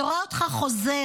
אני רואה אותך חוזר,